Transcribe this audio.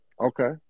Okay